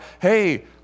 hey